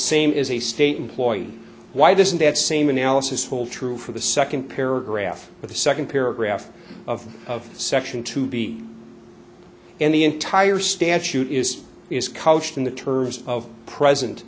same is a state employee why doesn't that same analysis hold true for the second paragraph but the second paragraph of of section two b and the entire statute is is culture in the terms of present